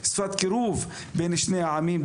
שפת קירוב בין שני העמים,